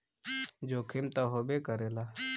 जोखिम त होबे करेला